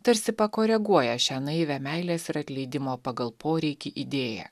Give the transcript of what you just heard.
tarsi pakoreguoja šią naivią meilės ir atleidimo pagal poreikį idėją